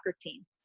team